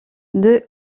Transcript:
deux